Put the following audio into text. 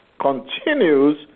continues